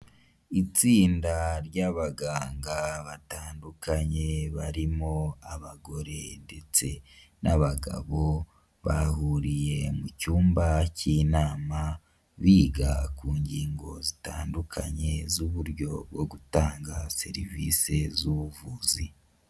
Itsinda ry'abaganga batandukanye barimo abagore ndetse n'abagabo, bahuriye mu cyumba k'inama biga ku ngingo zitandukanye z'uburyo bwo gutanga serivisi z'ubuvuzi.